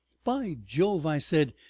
by jove! i said,